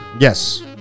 Yes